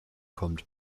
kommt